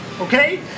Okay